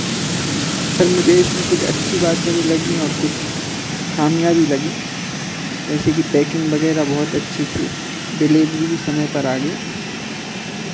sir मुझे इसमें कुछ अच्छी बातें भी लगी और कुछ खामियाँ भी लगी जैसे कि पैकिंग वगैरह बहुत अच्छी थी डिलीवरी भी समय पर आ गई